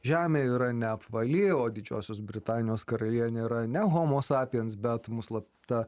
žemė yra ne apvali o didžiosios britanijos karalienė yra ne homo sapiens bet mus slapta